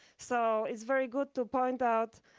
so it's very good to point out,